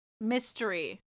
mystery